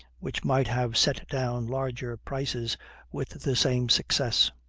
which might have set down larger prices with the same success.